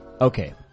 Okay